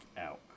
out